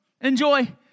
Enjoy